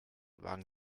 wagen